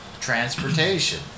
transportation